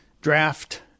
draft